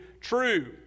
true